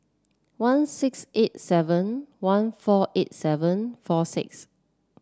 one six eight seven one four eight seven four six